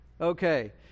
Okay